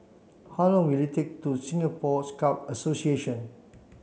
how long will it take to Singapore Scout Association